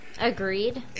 agreed